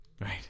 Right